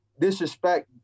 disrespect